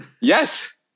yes